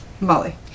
Molly